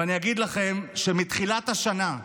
ואני אגיד לכם שמתחילת השנה,